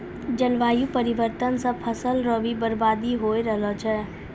जलवायु परिवर्तन से फसल रो भी बर्बादी हो रहलो छै